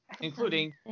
including